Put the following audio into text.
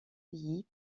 pays